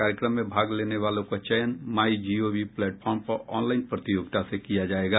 कार्यक्रम में भाग लेने वालों का चयन माईजीओवी प्लेटफॉर्म पर ऑनलाइन प्रतियोगिता से किया जाएगा